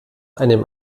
einem